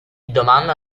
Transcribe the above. domanda